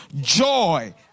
joy